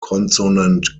consonant